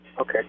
Okay